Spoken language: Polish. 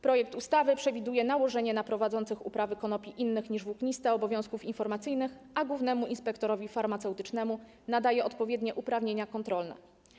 Projekt ustawy przewiduje nałożenie na prowadzących uprawy konopi innych niż włókniste obowiązków informacyjnych, a głównemu inspektorowi farmaceutycznemu nadaje odpowiednie uprawnienia kontrolne.